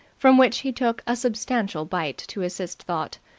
from which he took a substantial bite to assist thought.